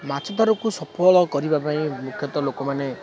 ମାଛ ଧରାକୁ ସଫଳ କରିବା ପାଇଁ ମୁଖ୍ୟତଃ ଲୋକମାନେ